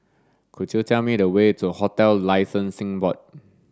could you tell me the way to Hotels Licensing Board